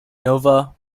nova